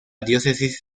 diócesis